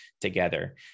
together